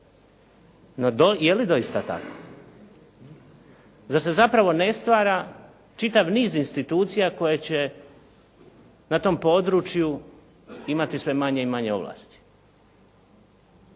no je li doista tako? Zar se zapravo ne stvara čitav niz institucija koje će na tom području imati sve manje i manje ovlasti?